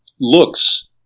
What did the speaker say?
looks